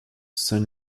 san